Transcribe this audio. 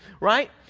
right